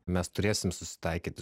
mes turėsim susitaikyti